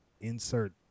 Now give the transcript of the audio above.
insert